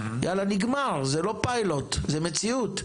יאללה נגמר, זה לא פיילוט, זו מציאות.